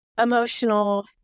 emotional